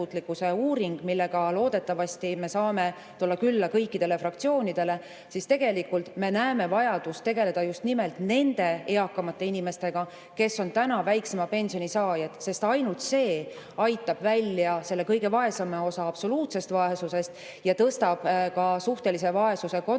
saame loodetavasti tulla külla kõikidele fraktsioonidele. Tegelikult me näeme vajadust tegeleda just nimelt nende eakamate inimestega, kes on väiksema pensioni saajad. Ainult see aitab selle kõige vaesema osa välja absoluutsest vaesusest ja tõstab ka suhtelise vaesuse kontekstis